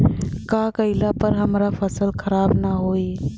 का कइला पर हमार फसल खराब ना होयी?